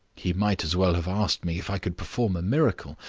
he might as well have asked me if i could perform a miracle.